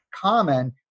common